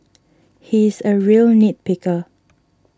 he is a real nit picker